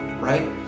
right